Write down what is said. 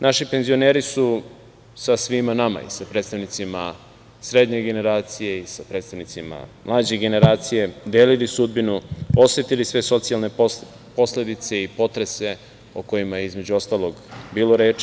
Naši penzioneri su sa svima nama, i sa predstavnicima srednje generacije i sa predstavnicima mlađe generacije, delili sudbinu, osetili sve socijalne posledice i potrese o kojima je, između ostalog, bilo reči.